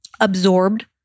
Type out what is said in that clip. absorbed